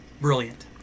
brilliant